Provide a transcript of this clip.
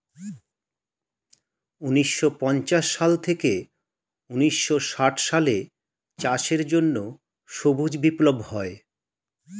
ঊন্নিশো পঞ্চাশ সাল থেকে ঊন্নিশো ষাট সালে চাষের জন্য সবুজ বিপ্লব হয়